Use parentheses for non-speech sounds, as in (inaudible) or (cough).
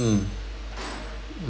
mm (noise)